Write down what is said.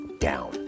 Down